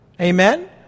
Amen